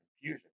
confusion